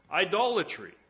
idolatry